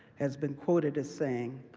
has been quoted as saying,